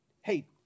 hey